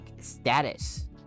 status